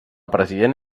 president